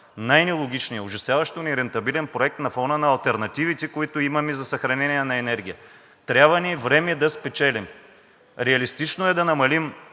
най-нелогичният, ужасяващо нерентабилен проект на фона на алтернативите, които имаме за съхранение на енергия. Трябва ни време да спечелим. Реалистично е да намалим